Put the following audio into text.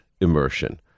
immersion